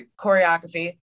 choreography